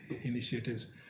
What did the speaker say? initiatives